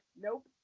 Nope